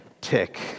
tick